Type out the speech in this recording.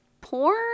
porn